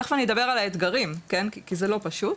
תכף אני אדבר על האתגרים כי זה לא פשוט,